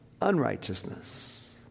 unrighteousness